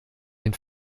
den